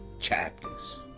Chapters